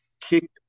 kick